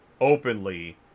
openly